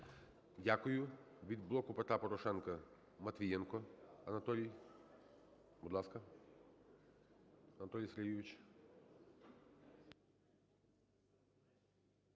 Дякую. Від "Блоку Петра Порошенка" Матвієнко Анатолій. Будь ласка, Анатолій Сергійович.